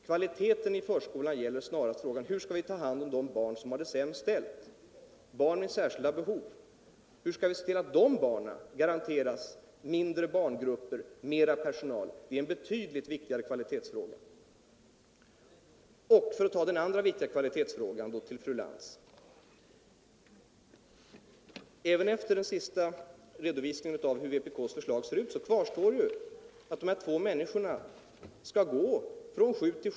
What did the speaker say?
Kvaliteten i förskolan gäller snarast frågan: Hur skall vi ta hand om de barn som har det sämst ställt, barn med särskilda behov? Hur skall vi se till att de barnen garanteras mindre barngrupper och mera personal? Det är en betydligt viktigare kvalitetsfråga. Och så, för att ta den andra viktiga kvalitetsfrågan, några ord till fru Lantz. Även efter den senaste redovisningen av hur vpk:s förslag ser ut kvarstår ju att personalen skall gå från kanske kl.